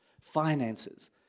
Finances